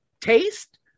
Taste